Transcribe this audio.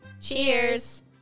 Cheers